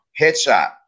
Headshot